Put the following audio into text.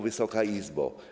Wysoka Izbo!